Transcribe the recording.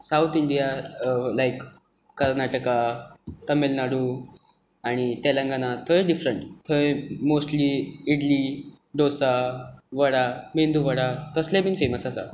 south India like Karnataka Tamil Nadu आनी तेलंगना थंय different थंय मोस्टली इडली डोसा वडा मेंदू वडा तसलें बी फॅमस आसा